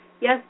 Yes